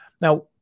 Now